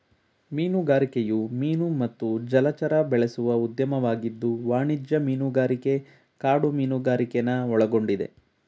ಮೀನುಗಾರಿಕೆಯು ಮೀನು ಮತ್ತು ಜಲಚರ ಬೆಳೆಸುವ ಉದ್ಯಮವಾಗಿದ್ದು ವಾಣಿಜ್ಯ ಮೀನುಗಾರಿಕೆ ಕಾಡು ಮೀನುಗಾರಿಕೆನ ಒಳಗೊಂಡಿದೆ